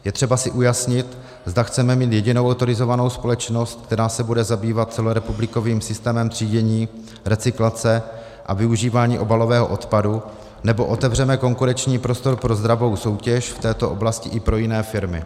Je třeba si ujasnit, zda chceme mít jedinou autorizovanou společnost, která se bude zabývat celorepublikovým systémem třídění, recyklace a využívání obalového odpadu, nebo otevřeme konkurenční prostor pro zdravou soutěž v této oblasti i pro jiné firmy.